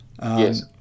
Yes